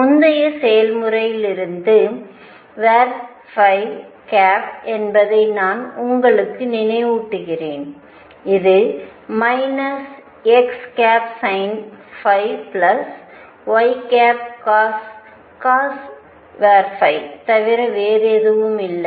முந்தைய செயல்முறையிலிருந்து என்பதை நான் உங்களுக்கு நினைவூட்டுகிறேன் இது xsinϕ ycos தவிர வேறு எதுவும் இல்லை